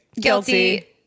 guilty